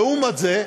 לעומת זאת,